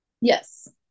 yes